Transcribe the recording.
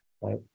right